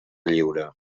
lliure